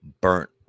burnt